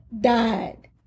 died